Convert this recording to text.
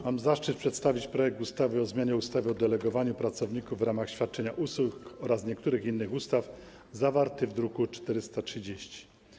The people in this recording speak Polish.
Mam zaszczyt przedstawić projekt ustawy o zmianie ustawy o delegowaniu pracowników w ramach świadczenia usług oraz niektórych innych ustaw, zawarty w druku nr 430.